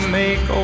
make